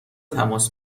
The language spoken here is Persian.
تماس